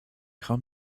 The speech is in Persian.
خوام